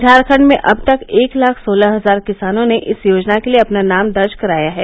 झारखंड में अब तक एक लाख सोलह हजार किसानों ने इस योजना के लिए अपना नाम दर्ज कराया है